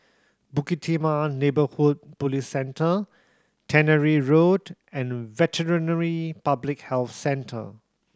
Bukit Timah Neighbourhood Police Centre Tannery Road and Veterinary Public Health Centre